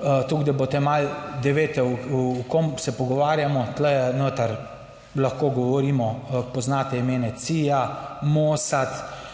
tako da boste malo, da veste, o kom se pogovarjamo, tu noter lahko govorimo, poznate imena CIA, Mosad,